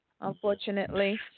unfortunately